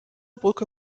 brücke